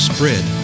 Spread